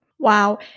Wow